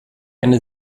eine